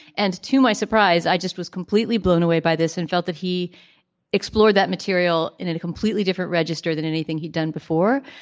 and to my surprise i just was completely blown away by this and felt that he explored that material in a completely different register than anything he'd done before.